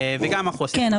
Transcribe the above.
כן,